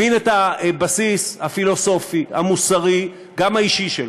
הבין את הבסיס הפילוסופי, המוסרי, גם האישי שלו,